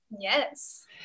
Yes